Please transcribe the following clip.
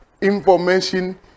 information